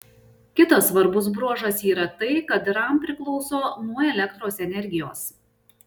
kitas svarbus bruožas yra tai kad ram priklauso nuo elektros energijos